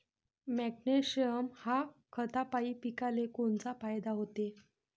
Magnesium ह्या खतापायी पिकाले कोनचा फायदा होते?